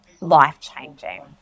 life-changing